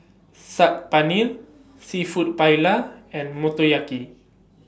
Saag Paneer Seafood Paella and Motoyaki